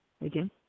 Again